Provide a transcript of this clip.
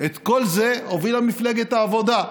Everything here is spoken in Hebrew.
את כל זה הובילה מפלגת העבודה.